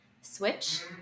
switch